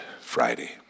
Friday